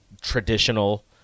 traditional